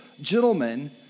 gentlemen